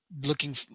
looking